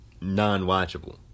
non-watchable